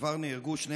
כבר נהרגו 12